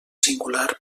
singular